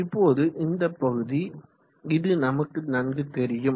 இப்போது இந்த பகுதி இது நமக்கு நன்கு தெரியும்